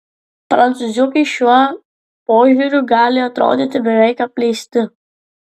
prancūziukai šiuo požiūriu gali atrodyti beveik apleisti